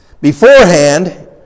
Beforehand